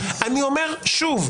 אני אומר שוב,